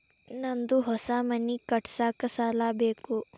ನಂದು ಹೊಸ ಮನಿ ಕಟ್ಸಾಕ್ ಸಾಲ ಬೇಕು